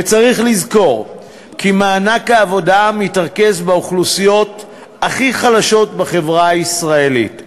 וצריך לזכור כי מענק העבודה מתרכז באוכלוסיות הכי חלשות בחברה הישראלית,